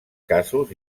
casos